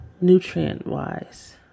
nutrient-wise